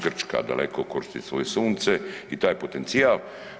Grčka daleko koristi svoje sunce i taj potencijal.